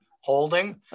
holding